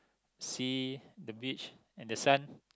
sea the beach and the sun